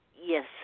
Yes